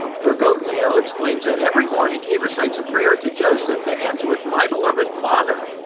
bergoglio explained that every morning, he recites a prayer to joseph that ends with, my beloved father,